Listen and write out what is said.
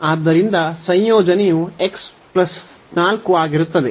ಆದ್ದರಿಂದ ಸಂಯೋಜನೆಯು x 4 ಆಗಿರುತ್ತದೆ